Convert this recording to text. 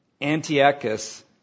Antiochus